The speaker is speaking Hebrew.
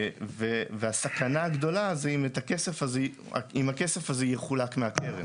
והסכנה הגדולה זה אם הכסף הזה יחולק מהקרן.